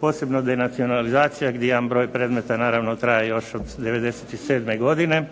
posebno denacionalizacija gdje jedan broj predmeta naravno traje još od '97. godine.